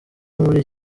muri